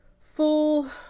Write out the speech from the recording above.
full